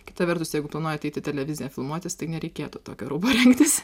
kita vertus jeigu tu nori ateiti į televiziją filmuotis tai nereikėtų tokio rūbo rinktis